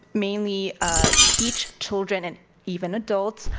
mainly teach children, and even adults,